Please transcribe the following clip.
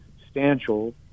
substantial